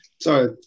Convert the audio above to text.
Sorry